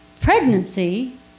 pregnancy